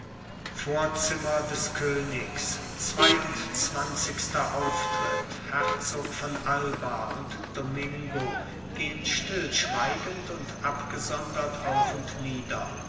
vorzimmer des königs zweiundzwanzigster auftritt herzog von alba und domingo gehen stillschweigend und abgesondert auf und nieder